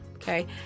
Okay